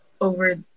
over